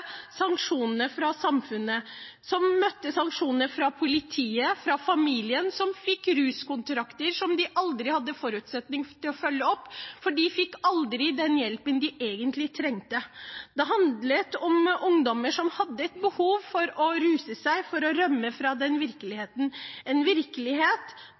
sanksjonene fra samfunnet, som møtte sanksjonene fra politiet, fra familien, som fikk ruskontrakter som de aldri hadde forutsetning for å følge opp, for de fikk aldri den hjelpen de egentlig trengte. Det handlet om ungdommer som hadde et behov for å ruse seg for å rømme fra virkeligheten, en virkelighet med psykisk uhelse, en virkelighet